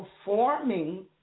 performing